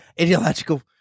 Ideological